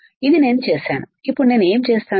ఇది నేను చేసానుఇప్పుడు నేను ఏమి చేస్తాను